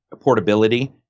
portability